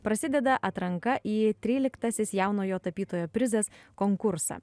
prasideda atranka į tryliktasis jaunojo tapytojo prizas konkursą